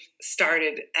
started